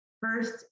first